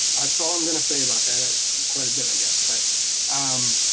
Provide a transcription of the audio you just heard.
that's all i'm gonna say about that, quite a bit i guess. but um